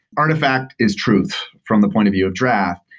artifact is truth from the point of view draft.